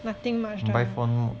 nothing much lah